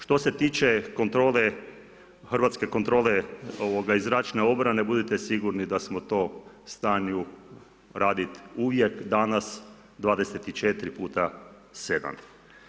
Što se tiče kontrole, hrvatske kontrole i zračne obrane, budite sigurni da smo to u stanju radit uvijek, danas, 24 puta sedam.